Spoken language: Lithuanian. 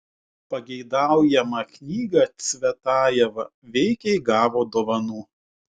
pageidaujamą knygą cvetajeva veikiai gavo dovanų